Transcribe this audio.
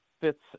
fits